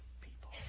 people